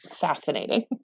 fascinating